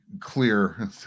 clear